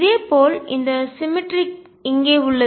இதேபோல் இந்த சிமெட்ரி சமச்சீர்மை இங்கே உள்ளது